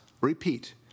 repeat